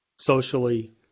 socially